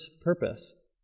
purpose